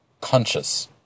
conscious